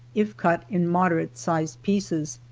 if cut in moderate sized pieces.